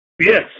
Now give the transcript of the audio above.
Yes